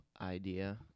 idea